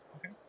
Okay